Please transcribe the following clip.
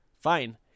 fine